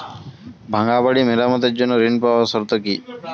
ভাঙ্গা বাড়ি মেরামতের জন্য ঋণ পাওয়ার শর্ত কি?